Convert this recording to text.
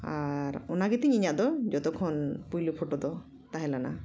ᱟᱨ ᱚᱱᱟ ᱜᱤᱛᱤᱧ ᱤᱧᱟᱹᱜ ᱫᱚ ᱡᱷᱚᱛᱚᱠᱷᱚᱱ ᱯᱳᱭᱞᱳ ᱯᱷᱳᱴᱳ ᱫᱚ ᱛᱟᱦᱮᱸ ᱞᱮᱱᱟ